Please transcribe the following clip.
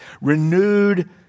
Renewed